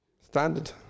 Standard